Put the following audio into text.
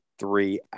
three